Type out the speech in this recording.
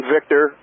Victor